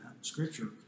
scripture